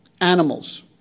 animals